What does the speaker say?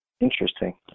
Interesting